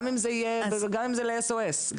גם אם זה ל-SOS.